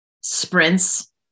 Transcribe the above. sprints